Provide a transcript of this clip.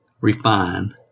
refine